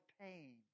pain